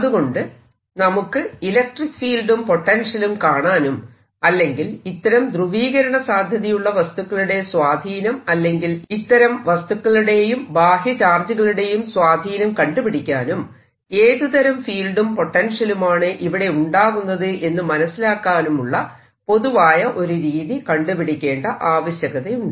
അതുകൊണ്ടു നമുക്ക് ഇലക്ട്രിക്ക് ഫീൽഡും പൊട്ടൻഷ്യലും കാണാനും അല്ലെങ്കിൽ ഇത്തരം ധ്രുവീകരണ സാധ്യതയുള്ള വസ്തുക്കളുടെ സ്വാധീനം അല്ലെങ്കിൽ ഇത്തരം വസ്തുക്കളുടെയും ബാഹ്യ ചാർജുകളുടെയും സ്വാധീനം കണ്ടുപിടിക്കാനും ഏതു തരം ഫീൽഡും പൊട്ടൻഷ്യലുമാണ് ഇവിടെ ഉണ്ടാകുന്നത് എന്ന് മനസ്സിലാക്കാനുമുള്ള പൊതുവായ ഒരു രീതി കണ്ടുപിടിക്കേണ്ട ആവശ്യകതയുണ്ട്